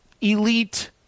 elite